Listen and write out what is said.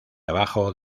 abajo